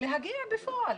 להגיע בפועל.